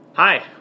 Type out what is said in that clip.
Hi